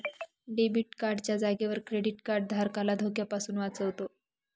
debit card च्या जागेवर credit card धारकाला धोक्यापासून वाचवतो